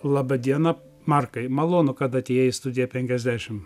laba diena markai malonu kad atėjai į studiją penkiasdešimt